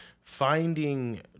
finding